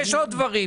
יש עוד דברים.